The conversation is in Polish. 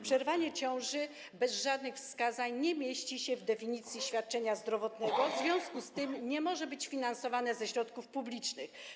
Przerwanie ciąży bez żadnych wskazań nie mieści się w definicji świadczenia zdrowotnego, w związku z czym nie może być finansowane ze środków publicznych.